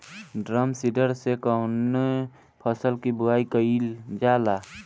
Drum seeder से कवने फसल कि बुआई कयील जाला?